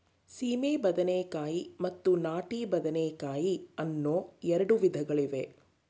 ಸೀಮೆ ಬದನೆಕಾಯಿ ಮತ್ತು ನಾಟಿ ಬದನೆಕಾಯಿ ಅನ್ನೂ ಎರಡು ವಿಧಗಳಿವೆ